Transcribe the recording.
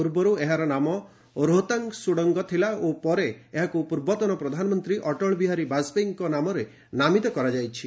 ପୂର୍ବରୁ ଏହାର ନାମ 'ରୋହତାଙ୍ଗ' ସୁଡ଼ଙ୍ଗ ଥିଲା ଓ ପରେ ଏହାକୁ ପୂର୍ବତନ ପ୍ରଧାନମନ୍ତ୍ରୀ ଅଟଳ ବିହାରୀ ବାଜପେୟୀଙ୍କ ନାମରେ ନାମିତ କରାଯାଇଛି